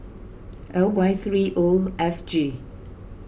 L Y three O F G